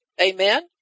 Amen